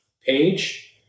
page